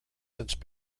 since